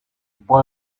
boy